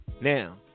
Now